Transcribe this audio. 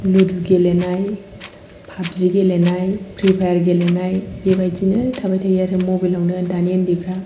लुदु गेलेनाय फाबजि गेलेनाय free fire गेलेनाय बेबायदिनो थाबाय थायो आरो मबेलावनो दानि ओन्दैफ्रा